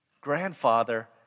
grandfather